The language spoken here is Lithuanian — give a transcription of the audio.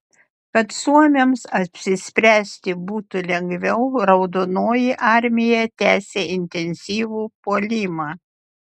kad suomiams apsispręsti būtų lengviau raudonoji armija tęsė intensyvų puolimą